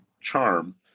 charm